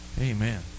Amen